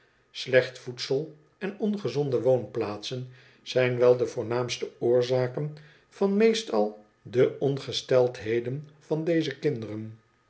slecht voedsel en ongezonde woonplaatsen zijn wel de voornaamste oorzaken van meest al de ongesteldheden van deze kinderen